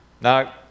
no